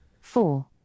four